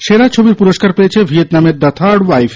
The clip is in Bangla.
সেরা ছবির পুরস্কার পেয়েছে ভিয়েতনামের দ্য থার্ড ওয়াইফ